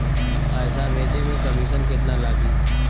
पैसा भेजे में कमिशन केतना लागि?